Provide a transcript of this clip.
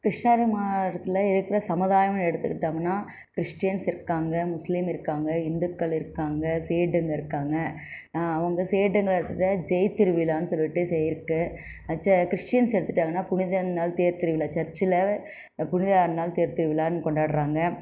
கிருஷ்ணகிரி மாவட்டத்தில் இருக்கிற சமுதாயம் எடுத்துக்கிட்டோம்னால் கிறிஷ்ட்டியன்ஸ் இருக்காங்க முஸ்லீம் இருக்காங்க இந்துக்கள் இருக்காங்க சேட்டுங்க இருக்காங்க அவங்க சேட்டுங்க எடுத்துகிட்டா ஜெய் திருவிழான்னு சொல்லிவிட்டு சேர்த்து அச்சே கிறிஷ்ட்டியன்ஸ் எடுத்துகிட்டாங்கன்னா புனித நாள் தேர் திருவிழா சர்ச்சில் புனித நாள் தேர் திருவிழான்னு கொண்டாடுகிறாங்க